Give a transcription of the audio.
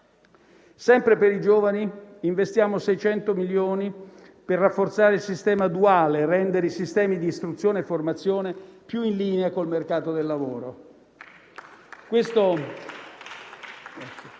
Sempre per i giovani investiamo 600 milioni per rafforzare il sistema duale e rendere i sistemi di istruzione e formazione più in linea col mercato del lavoro.